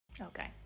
okay